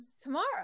tomorrow